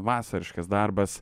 vasariškas darbas